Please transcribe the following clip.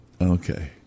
Okay